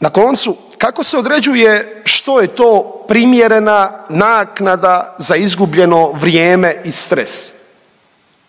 Na koncu kako se određuje što je to primjerena naknada za izgubljeno vrijeme i stres